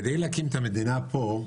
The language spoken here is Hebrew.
כדי להקים את המדינה פה,